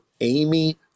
Amy